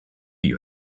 you